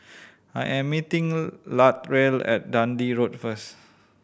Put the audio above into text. I am meeting Latrell at Dundee Road first